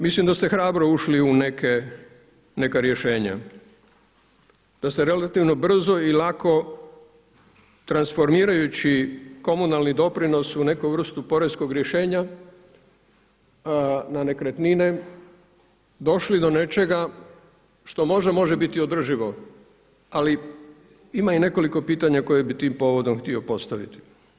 Mislim da ste hrabro ušli u neka rješenja, da ste relativno brzo i lako transformirajući komunalni doprinos u neku vrstu poreskog rješenja na nekretnine došli do nečega što možda može biti održivo, ali ima i nekoliko pitanja koje bih tim povodom htio postaviti.